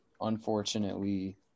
unfortunately